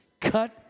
Cut